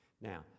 Now